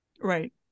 Right